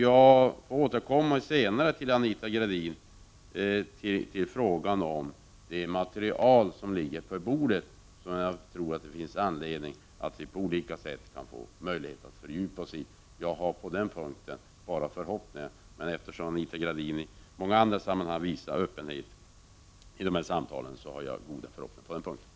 Jag återkommer senare, Anita Gradin, till frågan om det material som ligger på bordet och som jag tror att vi på olika sätt bör få möjlighet att fördjupa oss i. Eftersom Anita Gradin i många andra sammanhang visar öppenhet i samtalen, har jag goda förhoppningar på den punkten.